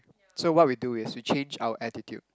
so what we do is we change our attitude